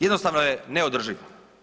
Jednostavno je neodrživ.